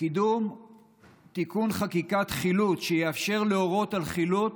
קידום תיקון חקיקת חילוט שיאפשר להורות על חילוט